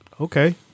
okay